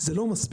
זה לא מספיק.